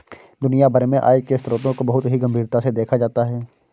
दुनिया भर में आय के स्रोतों को बहुत ही गम्भीरता से देखा जाता है